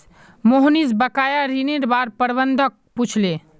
मोहनीश बकाया ऋनेर बार प्रबंधक पूछले